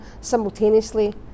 simultaneously